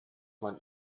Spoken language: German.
man